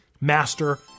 master